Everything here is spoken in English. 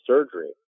surgery